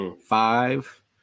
five